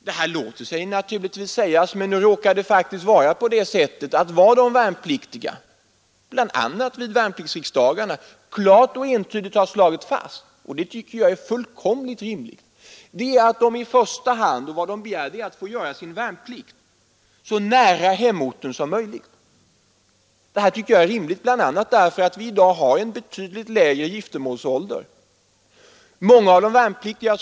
Det låter sig naturligtvis sägas, men de värnpliktiga har klart och entydigt slagit fast — bl.a. vid värnpliktsriksdagarna — att de i första hand begär att få göra sin värnplikt så nära hemorten som möjligt. Det tycker jag är fullkomligt rimligt, bl.a. därför att vi i dag har en betydligt lägre giftermålsålder än tidigare.